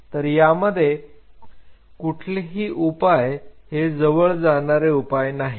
तर यामध्ये कुठलेही उपाय हे जवळपास जाणारे उपाय नाहीत